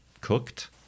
cooked